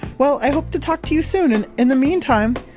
well i hope to talk to you soon and in the meantime,